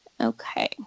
Okay